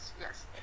yes